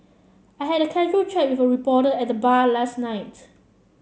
I had a casual chat with a reporter at the bar last night